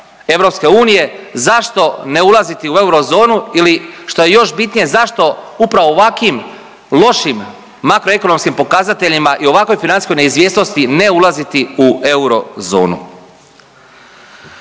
EU zašto ne ulaziti u eurozonu ili, što je još bitnije, zašto upravo ovakim lošim makroekonomskim pokazateljima i ovakvoj financijskoj neizvjesnosti ne ulaziti u eurozonu.